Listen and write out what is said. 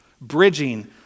bridging